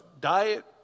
diet